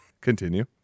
Continue